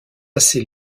assez